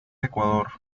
ecuador